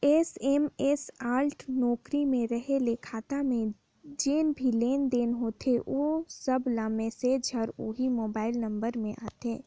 SMS alert नउकरी में रहें ले खाता में जेन भी लेन देन होथे ओ सब कर मैसेज हर ओही मोबाइल नंबर में आथे